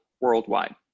worldwide